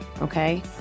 Okay